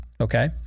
okay